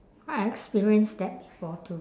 I experience that before too